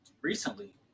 Recently